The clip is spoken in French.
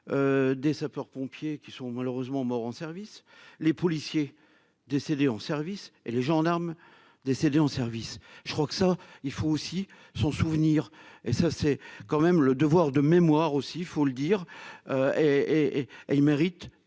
des sapeurs-pompiers qui sont malheureusement morts en service les policiers décédés en service et les gendarmes décédés en service, je crois que ça, il faut aussi son souvenir, et ça c'est quand même le devoir de mémoire aussi, il faut le dire et et et